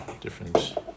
Different